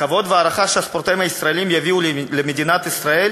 הכבוד וההערכה שהספורטאים הישראלים יביאו למדינת ישראל